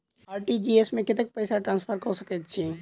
RTGS मे कतेक पैसा ट्रान्सफर कऽ सकैत छी?